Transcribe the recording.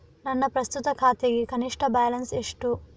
ನನ್ನ ಪ್ರಸ್ತುತ ಖಾತೆಗೆ ಕನಿಷ್ಠ ಬ್ಯಾಲೆನ್ಸ್ ಎಷ್ಟು?